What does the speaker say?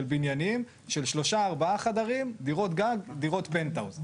בניינים של 3-4 חדרים דירות גן דירות פנטהאוז,